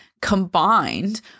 combined